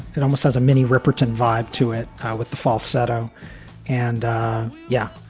it almost has a mini ripperton vibe to it with the falsetto and yeah,